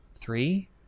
three